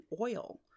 oil